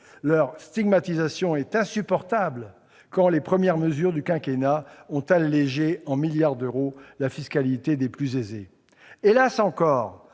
Leur stigmatisation est insupportable, quand les premières mesures du quinquennat ont allégé en milliards d'euros la fiscalité des plus aisés. Hélas encore,